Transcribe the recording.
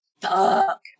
Fuck